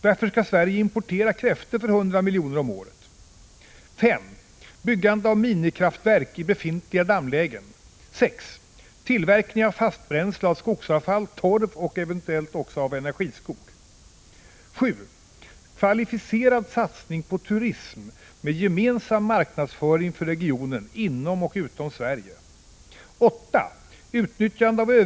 Varför skall Sverige importera kräftor för 100 miljoner om året?